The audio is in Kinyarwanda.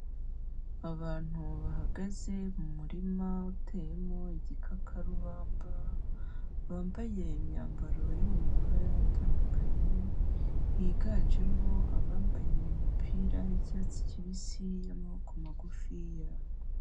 Abantu bahagaze mu murima uteyemo igikakarubamba, bambaye imyambaro yo mu mabara atandukanye, higanjemo abambaye imipira y'icyatsi kibisi y'amaboko magufiya.